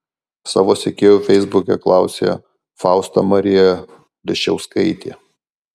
savo sekėjų feisbuke klausė fausta marija leščiauskaitė